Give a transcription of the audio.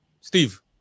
Steve